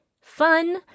fun